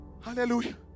Hallelujah